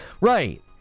Right